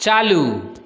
चालू